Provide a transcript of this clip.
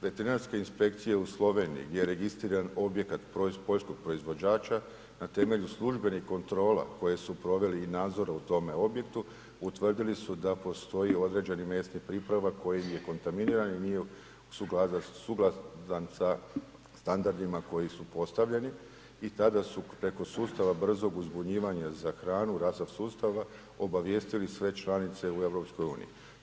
Veterinarske inspekcije u Sloveniji gdje je registriran objekat poljskog proizvođača na temelju službenih kontrola koje su proveli i nadzora u tome objektu, utvrdili su da postoji određeni mesni pripravak koji je kontaminiran i nije suglasan sa standardima koji su postavljeni i tada su preko sustava brzog uzbunjivanja za hranu, HACCP sustava obavijestili sve članice u EU-u.